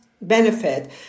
benefit